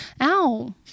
ow